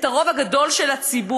את הרוב הגדול של הציבור?